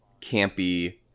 campy